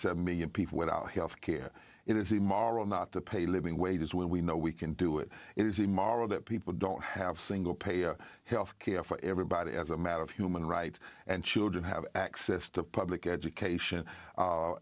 seven million people without health care it is immoral not to pay living wages when we know we can do it it is immoral that people don't have single payer health care for everybody as a matter of human rights and children have access to public education